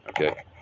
Okay